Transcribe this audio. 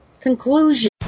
conclusion